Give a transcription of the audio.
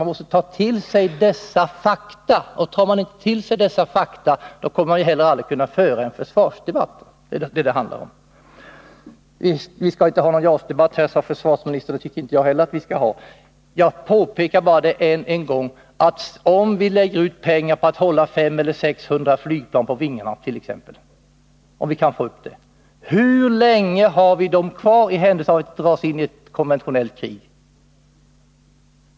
Man måste ta till sig dessa fakta. Gör man inte det, kommer man heller aldrig att kunna föra en försvarsdebatt. Det är det som det handlar om. Vi skall inte ha någon JAS-debatt nu, sade försvarsministern, och det tycker inte jag heller. Jag frågar bara än en gång: Om vi lägger ut pengar på att hålla 500 eller 600 plan — såvida vi lyckas med detta — stridsberedda, hur länge har vi dem kvar i händelse av att vi dras in i ett konventionellt krig?